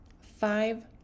five